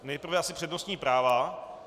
Nejprve asi přednostní práva.